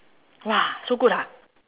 !wah! so good ah